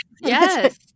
yes